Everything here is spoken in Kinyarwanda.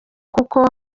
kuko